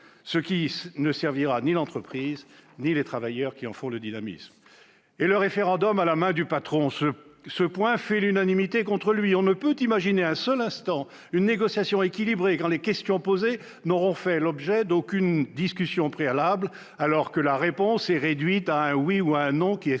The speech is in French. ce qui ne servira ni l'entreprise ni les travailleurs qui en font le dynamisme. Quant au référendum à la main du patron, il fait l'unanimité contre lui. On ne peut imaginer un seul instant une négociation équilibrée quand les questions posées n'auront fait l'objet d'aucune discussion préalable, tandis que la réponse, réduite à « oui » ou à « non », exclut